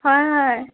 হয় হয়